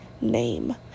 name